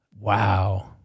wow